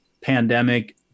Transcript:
pandemic